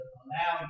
allow